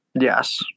Yes